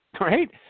right